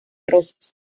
rosas